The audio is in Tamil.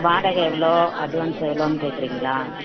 வாடகை எவ்வளோ அட்வான்ஸ் எவ்வளோன்னு கேட்குறீங்களா